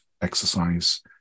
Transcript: exercise